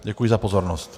Děkuji za pozornost.